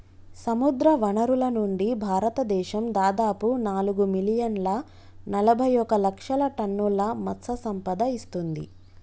సముద్రవనరుల నుండి, భారతదేశం దాదాపు నాలుగు మిలియన్ల నలబైఒక లక్షల టన్నుల మత్ససంపద ఇస్తుంది